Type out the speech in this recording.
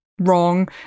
wrong